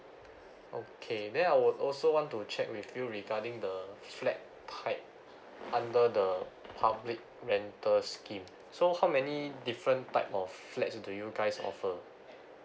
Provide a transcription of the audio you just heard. okay then I would also want to check with you regarding the flat type under the public rental scheme so how many different type of flats do you guys offer